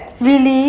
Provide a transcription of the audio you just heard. really